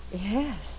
Yes